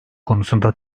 konusunda